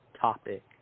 topic